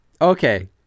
Okay